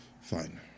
Fine